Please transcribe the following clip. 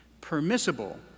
permissible